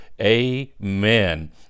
amen